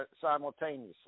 simultaneously